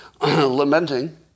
lamenting